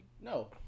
No